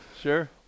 sure